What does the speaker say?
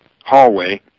hallway